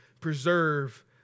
preserve